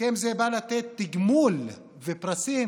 הסכם זה בא לתת תגמול ופרסים